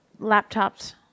laptops